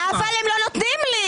אבל הם לא נותנים לי.